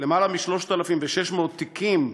למעלה מ-3,600 תיקים